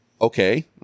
Okay